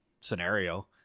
scenario